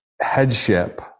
headship